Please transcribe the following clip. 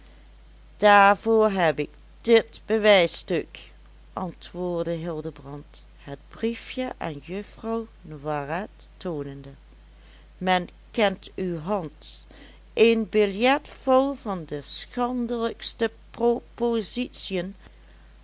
daarvoor heb ik dit bewijsstuk antwoordde hildebrand het briefje aan juffrouw noiret toonende men kent uw hand een biljet vol van de schandelijkste